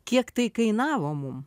kiek tai kainavo mum